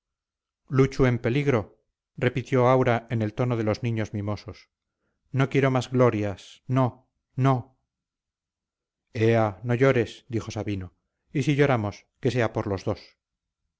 luchu en peligro repitió aura en el tono de los niños mimosos no quiero más glorias no no ea no llores dijo sabino y si lloramos que sea por los dos